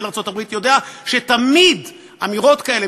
ארצות-הברית יודע שתמיד אמירות כאלה,